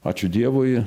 ačiū dievui